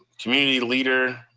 community leader,